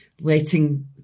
letting